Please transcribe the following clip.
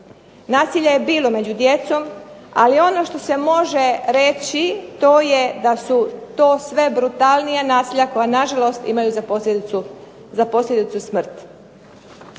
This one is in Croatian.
Nasilje je bilo među djecom, ali ono što se može reći to je da su to sve brutalnija nasilja koja nažalost imaju za posljedicu smrt.